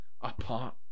apart